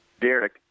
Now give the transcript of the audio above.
Derek